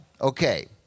okay